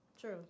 true